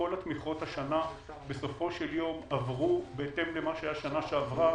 כל התמיכות השנה בסופו של יום עברו בהתאם למה שהיה בשנה שעברה,